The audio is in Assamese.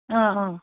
অঁ অঁ